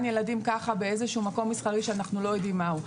ילדים ככה באיזשהו מקם מסחרי שאנחנו לא יודעים מהו.